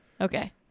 Okay